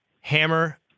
hammer